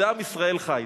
זה עם ישראל חי.